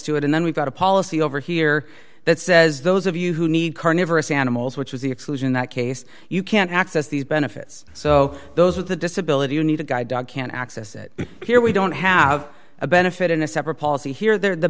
to it and then we've got a policy over here that says those of you who need carnivorous animals which is the exclusion that case you can't access these benefits so those with the disability you need a guide dog can access it here we don't have a benefit in a separate policy here the